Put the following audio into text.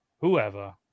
whoever